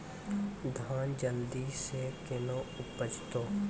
धान जल्दी से के ना उपज तो?